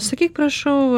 sakyk prašau